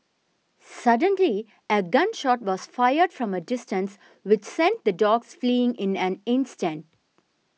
suddenly a gun shot was fired from a distance which sent the dogs fleeing in an instant